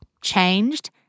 changed